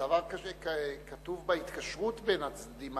דבר כזה כתוב בהתקשרות בין הצדדים,